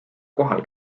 kohal